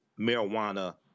marijuana